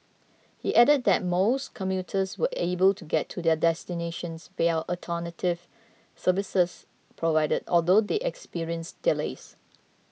he added that most commuters were able to get to their destinations via alternative services provided although they experienced delays